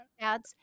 ads